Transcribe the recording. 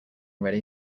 ready